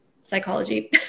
psychology